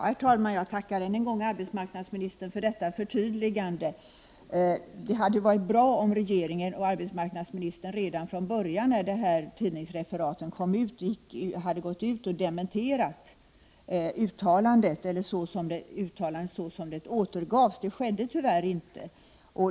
Herr talman! Jag tackar arbetsmarknadsministern än en gång, nu för detta förtydligande. Det hade varit bra om regeringen och arbetsmarknadsministern redan från början, när dessa tidningsreferat kom ut, hade dementerat uttalandet så som det återgavs. Det skedde tyvärr inte.